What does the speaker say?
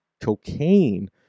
cocaine